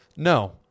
No